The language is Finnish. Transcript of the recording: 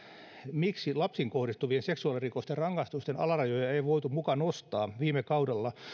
miksi lapsiin kohdistuvien seksuaalirikosten rangaistusten alarajoja ei voitu muka nostaa viime kaudella